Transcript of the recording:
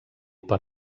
per